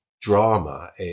drama